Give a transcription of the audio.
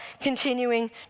continuing